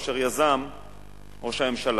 אשר יזם ראש הממשלה,